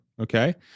Okay